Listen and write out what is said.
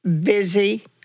busy